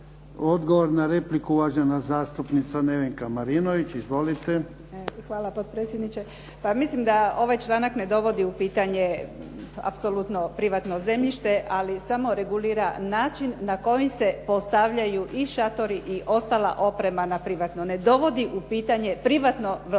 Odgovor na repliku uvažena zastupnica Nevenka Marinović. Izvolite. **Marinović, Nevenka (HDZ)** Hvala potpredsjedniče. Pa mislim da ovaj članak ne dovodi u pitanje apsolutno privatno zemljište, ali samo regulira način na koji se postavljaju i šatori i ostala oprema na privatno. Ne dovodi u pitanje privatno vlasništvo